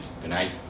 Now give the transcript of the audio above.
goodnight